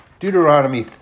Deuteronomy